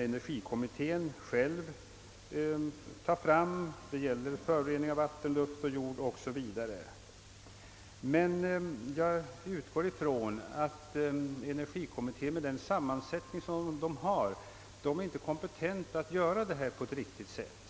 energikällor påverkar vår miljö när det gäller förorening av vatten, luft och jord». Jag utgår emellertid från att energikommittén med den sammansättning den har, inte är kompetent att göra detta på ett riktigt sätt.